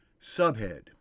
Subhead